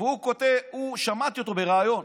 שמעתי אותו בריאיון,